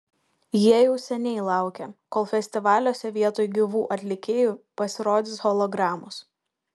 jie jau seniai laukia kol festivaliuose vietoj gyvų atlikėjų pasirodys hologramos